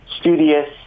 studious